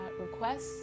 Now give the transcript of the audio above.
requests